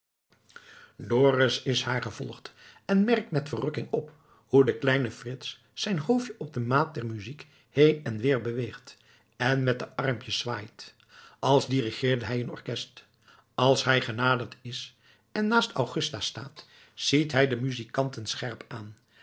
dorus is haar gevolgd en merkt met verrukking op hoe de kleine frits zijn hoofdje op de maat der muziek heen en weer beweegt en met de armpjes zwaait als dirigeerde hij een orkest als hij genaderd is en naast augusta staat ziet hij de muzikanten scherp aan